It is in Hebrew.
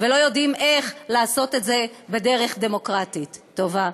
כל הזמן ולא יודעים איך לעשות את זה בדרך דמוקרטית טובה.